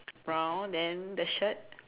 brown then the shirt